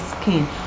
skin